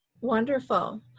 Wonderful